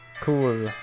Cool